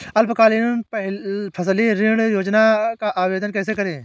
अल्पकालीन फसली ऋण योजना का आवेदन कैसे करें?